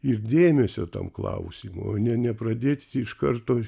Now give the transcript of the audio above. ir dėmesio tam klausimui o ne nepradėti iš karto